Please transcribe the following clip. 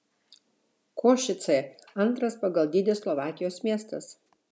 košicė antras pagal dydį slovakijos miestas